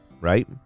right